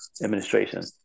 administration